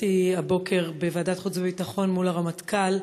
הבוקר בוועדת חוץ וביטחון מול הרמטכ"ל,